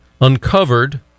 uncovered